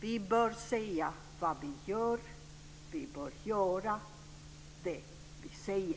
Vi bör säga vad vi gör, vi bör göra det vi säger.